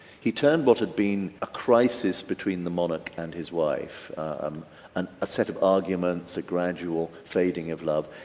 he turned what had been a crisis between the monarch and his wife um and a set of arguments, a gradual fading of love,